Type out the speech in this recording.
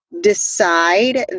decide